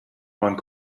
one